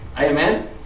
Amen